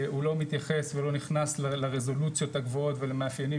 הוא לא מתייחס ולא נכנס לרזולוציות הגבוהות ולמאפיינים